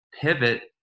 pivot